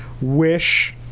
wish